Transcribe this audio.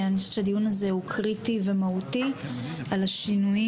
אני חושבת שהדין הזה הוא קריטי ומהותי על השינויים